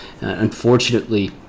Unfortunately